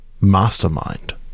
mastermind